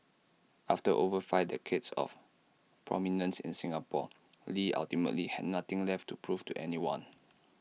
after over five decades of prominence in Singapore lee ultimately had nothing left to prove to anyone